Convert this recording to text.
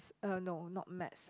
uh no not Maths